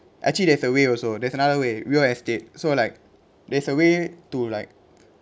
actually there's a way also there's another way real estate so like there's a way to like